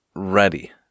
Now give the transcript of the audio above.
ready